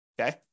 okay